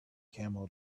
camel